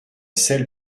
celle